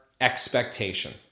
Expectation